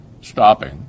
stopping